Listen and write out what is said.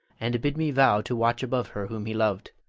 and bid me vow to watch above her whom he loved,